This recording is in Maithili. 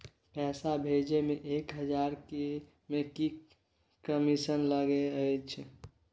पैसा भैजे मे एक हजार मे की कमिसन लगे अएछ?